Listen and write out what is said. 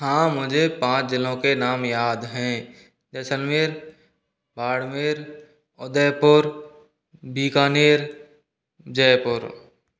हाँ मुझे पाँच ज़िलों के नाम याद हैं जैसलमेर बाड़मेर उदयपुर बीकानेर जयपुर